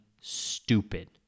stupid